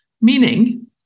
meaning